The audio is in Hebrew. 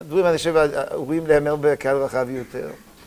דברים אני חושב אמורים להיאמר בקהל רחב יותר.